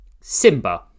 Simba